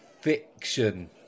Fiction